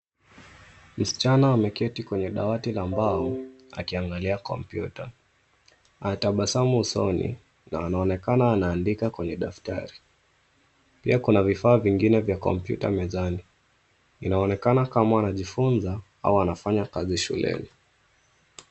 Msichana ameketi kwenye dawati la mbao akiangalia kompyuta. Anatabasamu usoni na anaonekana anaandika kwenye daftari. Pia kuna vifaa vingine vya kompyuta mezani. Inaonekana kama anajifunza au anafanya kazi shuleni.